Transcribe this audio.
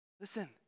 Listen